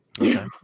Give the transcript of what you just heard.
Okay